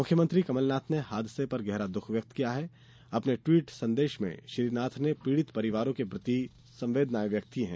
मुख्यमंत्री कमलनाथ ने हादसे पर गहरा दुख व्यक्त किया है अपने ट्वीट संदेश में श्री नाथ ने पीड़ित परिवारों के प्रति मेरी शोक संवेदनाएँ व्यक्त की हैं